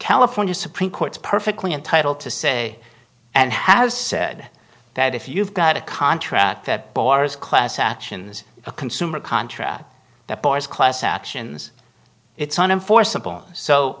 california supreme court is perfectly entitled to say and has said that if you've got a contract that bars class actions a consumer contract that bars class actions it's